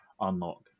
unlock